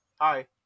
Hi